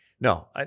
no